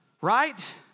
Right